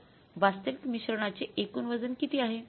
तर वास्तविक मिश्रणाचे एकूण वजन किती आहे